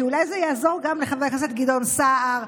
כי אולי זה יעזור גם לחבר הכנסת גדעון סער,